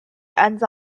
安葬